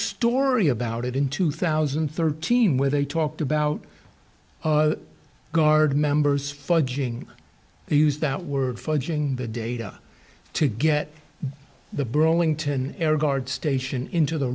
story about it in two thousand and thirteen where they talked about guard members fudging they used that word for the data to get the burlington air guard station into the